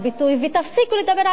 ותפסיקו לדבר על כיבוש.